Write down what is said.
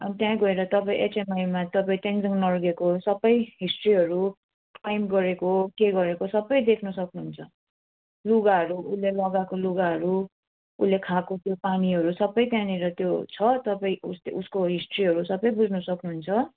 on त्यहाँ गएर तपाईँ एचएमआईमा तपाईँ तेन्जिङ नोर्गेको सबै हिस्ट्रीहरू क्लाइम गरेको के गरेको सबै देख्नु सक्नुहुन्छ लुगाहरू उसले लगाएको लुगाहरू उसले खाएको त्यो पानीहरू सबै त्यहाँनिर त्यो छ तपाईँ उसको हिस्ट्रीहरू सबै बुझ्नु सक्नुहुन्छ